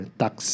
tax